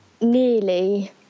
nearly